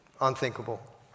unthinkable